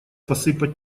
посыпать